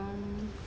um